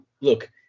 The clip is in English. look